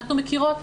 אנחנו מכירות,